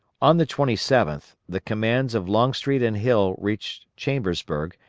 on the twenty seventh the commands of longstreet and hill reached chambersburg,